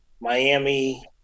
Miami